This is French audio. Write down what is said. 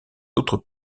autres